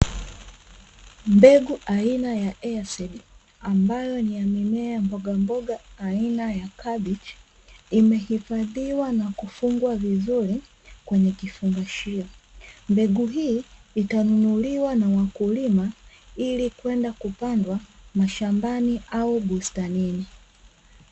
Mbegu aina ya (EASEED) ambayo ni ya mimea ya mbogamboga aina ya kabichi imehifadhiwa na kufungwa vizuri kwenye kifungashio. Mbegu hii itanunuliwa na wakulima ili kwenda kupandwa mashambani au bustanini.